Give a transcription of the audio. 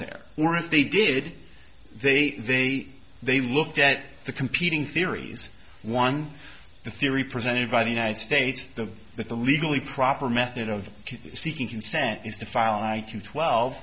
there or if they did they they they looked at the competing theories one theory presented by the united states the that the legally proper method of seeking consent is to file i think twelve